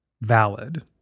valid